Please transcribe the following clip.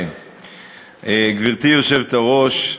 גברתי היושבת-ראש,